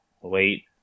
wait